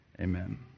Amen